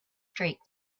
streak